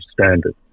standard